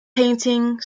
painting